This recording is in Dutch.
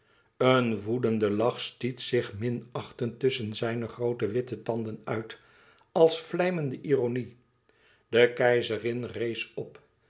een woedende lach stiet zich minachtend tusschen zijne groote witte tanden uit als vlijmende ironie e keizerin rees op